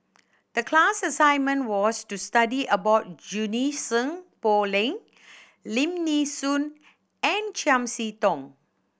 the class assignment was to study about Junie Sng Poh Leng Lim Nee Soon and Chiam See Tong